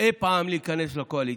אי פעם להיכנס לקואליציה.